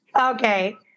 Okay